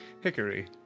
Hickory